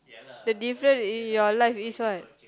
the different in your life is what